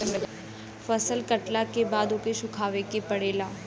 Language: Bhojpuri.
फसल कटला के बाद ओके सुखावे के पड़ेला